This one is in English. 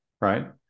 right